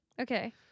Okay